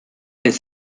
est